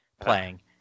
playing